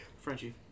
Frenchie